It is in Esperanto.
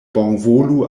bonvolu